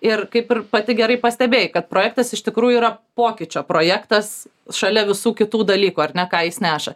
ir kaip ir pati gerai pastebėjai kad projektas iš tikrųjų yra pokyčio projektas šalia visų kitų dalykų ar ne ką jis neša